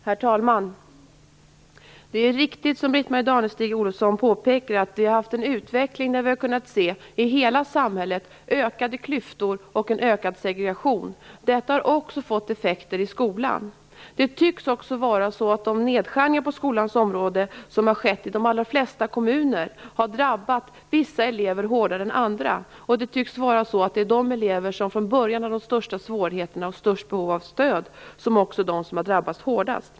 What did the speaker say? Herr talman! Det är riktigt, som Britt-Marie Danestig-Olofsson påpekar, att vi har haft en utveckling i hela samhället med ökade klyftor och en ökad segregation. Detta har också fått effekter i skolan. Det tycks också vara så att de nedskärningar på skolans område som har skett i de allra flesta kommuner har drabbat vissa elever hårdare än andra. Vidare tycks det som om de elever som från början hade de största svårigheterna och det största behovet av stöd också är de som har drabbats hårdast.